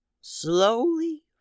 slowly